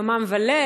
יומם וליל,